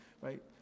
Right